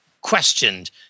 questioned